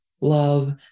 love